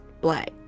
black